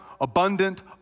abundant